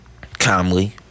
Calmly